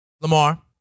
Lamar